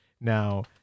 now